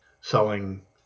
selling